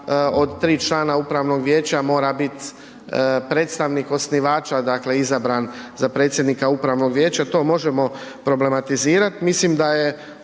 od tri člana upravnog vijeća mora biti predstavnik osnivača izabran za predsjednika upravnog vijeća, to možemo problematizirati.